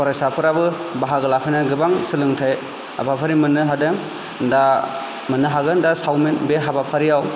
फरायसाफोराबो बाहागो लाफैनानै गोबां सोलोंथाइ हाबाफारि मोननो हादों मोननो हागोन दा सावनो बे हाबाफारिआव